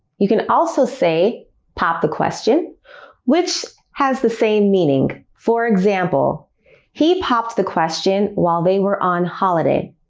you can also say pop the question which has the same meaning. for example he popped the question while they were on holiday